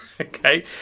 Okay